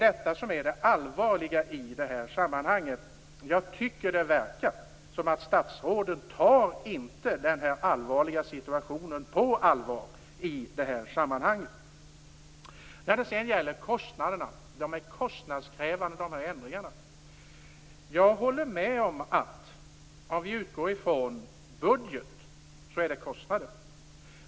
Det är det allvarliga i det här sammanhanget. Jag tycker att det verkar som om statsrådet inte tar den här allvarliga situationen på allvar. Så till kostnaderna och påståendet att de här ändringarna är kostnadskrävande. Jag håller med om att om vi utgår från budgeten är det kostnader.